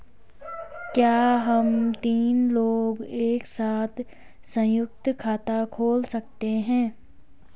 क्या हम तीन लोग एक साथ सयुंक्त खाता खोल सकते हैं?